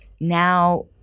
Now